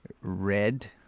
red